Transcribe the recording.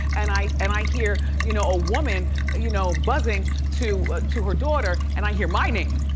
and i and i hear you know a woman you know buzzing to to her daughter, and i hear my name.